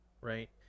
right